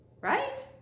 right